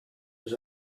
was